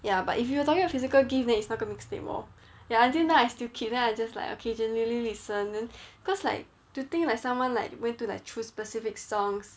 ya but if you were talking about physical gift then it's 那个 mix tape lor ya until now I still keep then I just like occasionally listen then cause like to think like someone like went to like choose specific songs